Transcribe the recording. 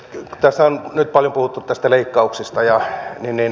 tässä on nyt paljon puhuttu näistä leikkauksista